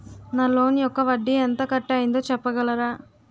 నా లోన్ యెక్క వడ్డీ ఎంత కట్ అయిందో చెప్పగలరా?